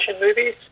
movies